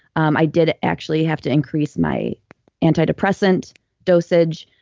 um i did actually have to increase my antidepressant dosage.